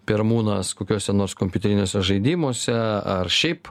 pirmūnas kokiuose nors kompiuteriniuose žaidimuose ar šiaip